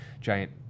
giant